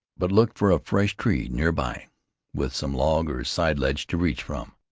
but looked for a fresh tree near by with some log or side-ledge to reach from.